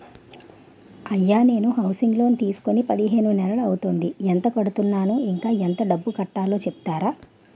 అయ్యా నేను housing loan తీసుకొని పదిహేను నెలలు అవుతోందిఎంత కడుతున్నాను, ఇంకా ఎంత డబ్బు కట్టలో చెప్తారా?